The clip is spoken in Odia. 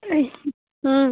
ଏ ହଁ